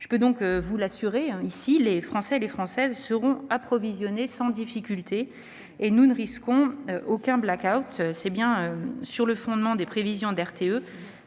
Je peux donc vous l'assurer : les Français et les Françaises seront approvisionnés sans difficulté. Nous ne risquons aucun blackout. C'est sur le fondement des prévisions de RTE